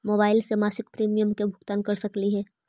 Mobile से मासिक premium के भुगतान कर सकली हे?